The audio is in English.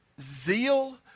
zeal